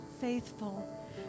faithful